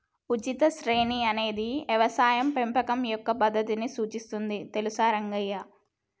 ఉచిత శ్రేణి అనేది యవసాయ పెంపకం యొక్క పద్దతిని సూచిస్తుంది తెలుసా రంగయ్య